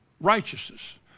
Righteousness